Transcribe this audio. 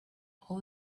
all